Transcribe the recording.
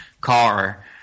car